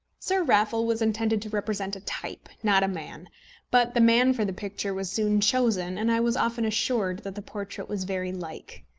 sir raffle was intended to represent a type, not a man but the man for the picture was soon chosen, and i was often assured that the portrait was very like.